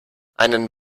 einen